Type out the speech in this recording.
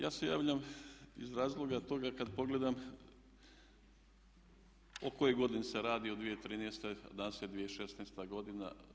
Ja se javljam iz razloga toga kad pogledam o kojoj godini se radi o 2013., danas je 2016. godina.